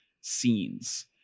scenes